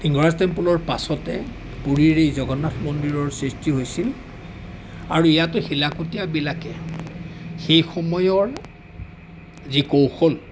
লিংগৰাজ টেম্পলৰ পাছতে পুৰীৰ এই জগন্নাথ মন্দিৰৰ সৃষ্টি হৈছিল আৰু ইয়াতে শিলাকুটীয়াবিলাকে সেই সময়ৰ যি কৌশল